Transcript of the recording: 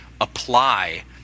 apply